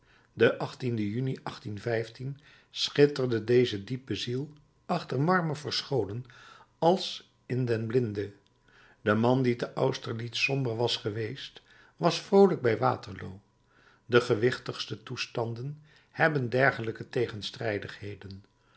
den juni schitterde deze diepe ziel achter marmer verscholen als in den blinde de man die te austerlitz somber was geweest was vroolijk bij waterloo de gewichtigste toestanden hebben dergelijke